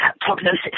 prognosis